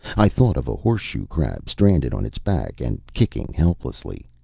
i thought of a horseshoe crab, stranded on its back and kicking helplessly.